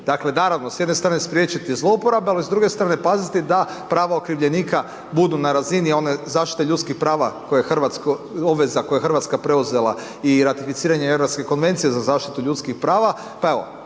Dakle, darovno, s jedne strane spriječiti zlouporabu, ali s druge strane paziti da pravo okrivljenika budu na razini one zaštite ljudskih prava, obveza koje je RH preuzela i ratificiranje Europske Konvencije za zaštitu ljudskih prava,